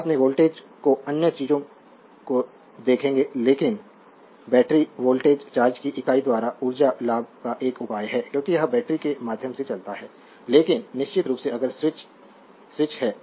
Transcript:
बाद में वोल्टेज को अन्य चीजों को देखेंगे लेकिन बैटरी वोल्टेज चार्ज की इकाई द्वारा ऊर्जा लाभ का एक उपाय है क्योंकि यह बैटरी के माध्यम से चलता है लेकिन निश्चित रूप से अगर स्विच स्विच है